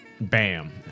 bam